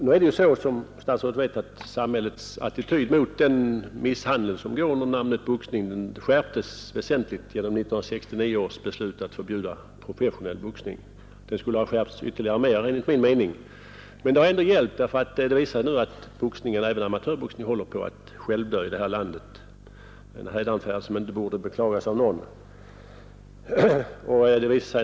Nu är det så, som statsrådet vet, att samhällets attityd mot den misshandel som går under namnet boxning skärptes väsentligt genom 1969 års beslut att förbjuda professionell boxning. Den skulle ha skärpts ännu mer enligt min mening. Det har ändå hjälpt, för det visar sig nu att även amatörboxningen håller på att självdö i det här landet, något som inte borde beklagas av någon.